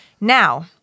Now